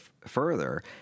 further